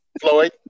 Floyd